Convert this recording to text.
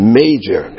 major